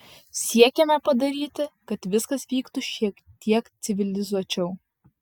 siekiame padaryti kad viskas vyktų šiek tiek civilizuočiau